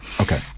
Okay